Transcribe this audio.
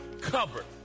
covered